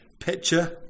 picture